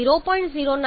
09 H2 0